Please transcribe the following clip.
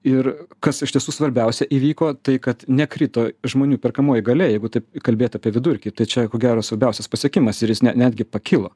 ir kas iš tiesų svarbiausia įvyko tai kad nekrito žmonių perkamoji galia jeigu kalbėt apie vidurkį tai čia ko gero svarbiausias pasiekimas ir netgi pakilo